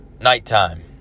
nighttime